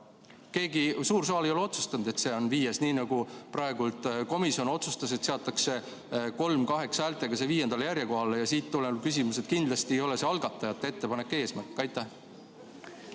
Suur saal ei ole otsustanud, et see on viies, nii nagu praegu komisjon otsustas, et see seatakse 3 : 8 häältega viiendale järjekohale. Ja siit tuleneb see, et kindlasti ei ole see algatajate ettepaneku eesmärk.